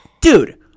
Dude